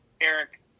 Eric